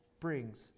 brings